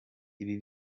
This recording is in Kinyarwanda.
ibi